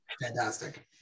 fantastic